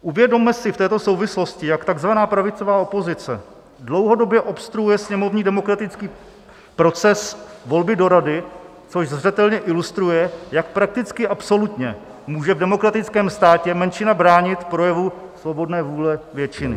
Uvědomme si v této souvislosti, jak takzvaná pravicová opozice dlouhodobě obstruuje sněmovní demokratický proces volby do Rady, což zřetelně ilustruje, jak prakticky absolutně může v demokratickém státě menšina bránit projevu svobodné vůle většiny.